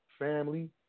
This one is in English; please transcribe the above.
family